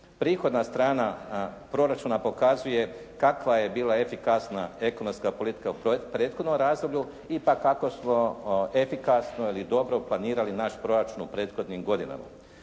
Prihodna strana proračuna pokazuje kakva je bila efikasna ekonomska politika u prethodnom razdoblju i … /Govornik se ne razumije./ … kako smo efikasno ili dobro planirali naš proračun u prethodnim godinama.